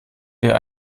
wer